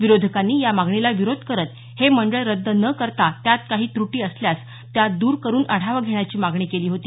विरोधकांनी या मागणीला विरोध करत हे मंडळ रद्द न करता त्यात काही त्रुटी असल्यास त्या द्र करून आढावा घेण्याची मागणी केली होती